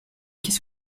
qu’est